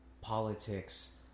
politics